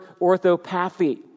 orthopathy